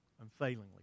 Unfailingly